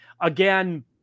Again